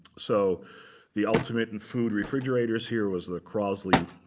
so the ultimate in food refrigerators here was the crosley